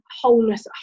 wholeness